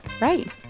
Right